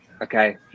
okay